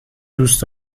دوست